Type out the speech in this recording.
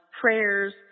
prayers